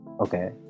Okay